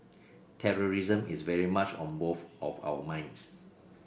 terrorism is very much on both of our minds